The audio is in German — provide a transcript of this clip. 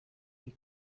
weg